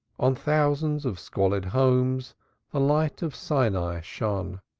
on thousands of squalid homes the light of sinai shone.